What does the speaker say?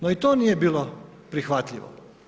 No i to nije bilo prihvatljivo.